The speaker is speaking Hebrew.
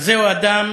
"הזהו אדם,